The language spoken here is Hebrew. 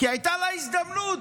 כי הייתה לה הזדמנות